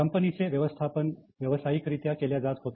कंपनीचे व्यवस्थापन व्यावसायिक रित्या केल्या जात होते